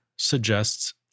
suggests